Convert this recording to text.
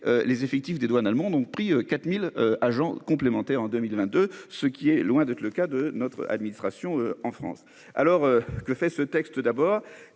les effectifs des douanes allemandes ont pris 4000 agents complémentaire en 2022 ce qui est loin d'être le cas de notre administration en France alors que fait ce texte d'abord